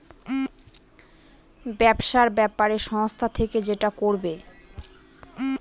ব্যবসার ব্যাপারে সংস্থা থেকে যেটা করবে